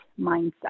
mindset